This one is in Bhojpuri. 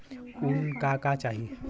उमन का का चाही?